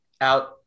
out